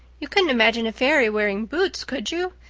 you couldn't imagine a fairy wearing boots, could you?